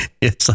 Yes